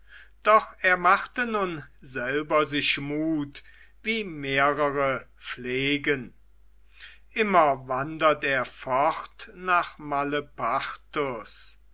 doch er machte nun selber sich mut wie mehrere pflegen immer wandert er fort nach malepartus